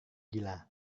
gila